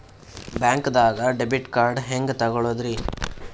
ಬ್ಯಾಂಕ್ದಾಗ debit card ಹೆಂಗ್ ತಗೊಳದ್ರಿ?